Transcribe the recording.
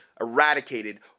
eradicated